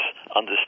understand